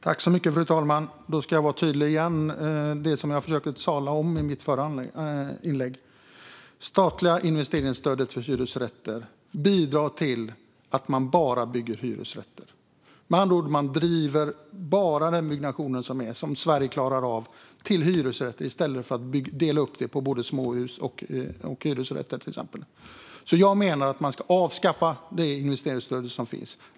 Fru talman! Jag ska vara tydlig igen om det jag talade om i mitt förra inlägg. Statliga investeringsstödet för hyresrätter bidrar till att man bara bygger hyresrätter. Med andra ord driver man bara den typ av byggnation som Sverige klarar av till hyresrätt i stället för att dela upp det i småhus och hyresrätter. Jag menar att man ska avskaffa existerande investeringsstöd.